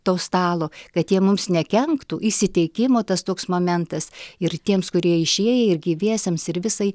to stalo kad jie mums nekenktų įsiteikimo tas toks momentas ir tiems kurie išėję ir gyviesiems ir visai